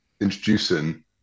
introducing